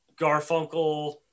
Garfunkel